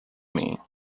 mim